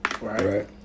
Right